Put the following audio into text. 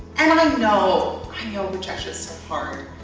and and i know, i know rejection's so hard,